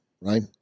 right